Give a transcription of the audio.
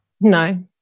No